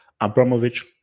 Abramovich